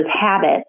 habits